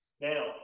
Now